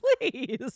please